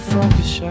focus